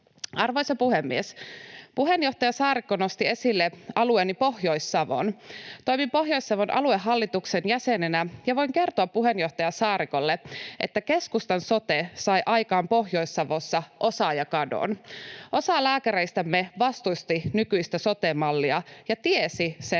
Arvoisa puhemies! Puheenjohtaja Saarikko nosti esille alueeni Pohjois-Savon. Toimin Pohjois-Savon aluehallituksen jäsenenä ja voin kertoa puheenjohtaja Saarikolle, että keskustan sote sai aikaan Pohjois-Savossa osaajakadon. Osa lääkäreistämme vastusti nykyistä sote-mallia ja tiesi sen